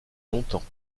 longtemps